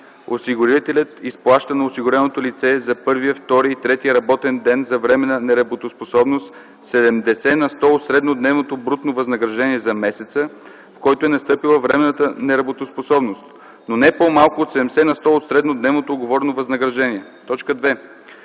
Осигурителят изплаща на осигуреното лице за първия, втория и третия работен ден от временната неработоспособност 70 на сто от среднодневното брутно възнаграждение за месеца, в който е настъпила временната неработоспособност, но не по-малко от 70 на сто от среднодневното уговорено възнаграждение. 2.